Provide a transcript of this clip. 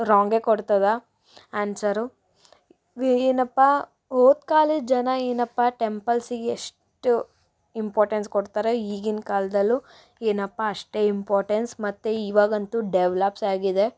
ರಾಂಗೇ ಕೊಡ್ತದ ಆನ್ಸರು ಏನಪ್ಪ ಓದ್ಕಾಲದ ಜನ ಏನಪ್ಪಾ ಟೆಂಪಲ್ಸಿಗೆ ಎಷ್ಟು ಇಂಪಾರ್ಟೆನ್ಸ್ ಕೊಡ್ತಾರೆ ಈಗಿನ ಕಾಲದಲ್ಲೂ ಏನಪ್ಪ ಅಷ್ಟೇ ಇಂಪಾರ್ಟೆನ್ಸ್ ಮತ್ತು ಇವಾಗಂತು ಡೆವ್ಲಪ್ಸ್ ಆಗಿದೆ